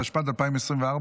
התשפ"ד 2024,